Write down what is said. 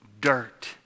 dirt